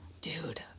dude